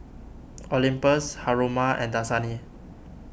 Olympus Haruma and Dasani